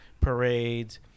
parades